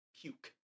puke